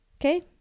Okay